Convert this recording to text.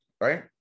right